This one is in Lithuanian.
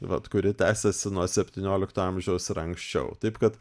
vat kuri tęsiasi nuo septyniolikto amžiaus ir anksčiau taip kad